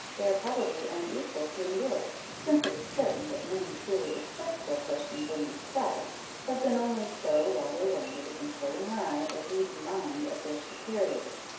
they are probably unequal to endure, since it is certain that many truly respectable persons in this class have been only so while they were under the controlling eye or leading mind of their superiors.